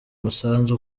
umusanzu